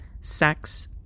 sex